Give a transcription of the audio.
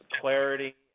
clarity